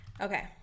Okay